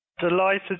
Delighted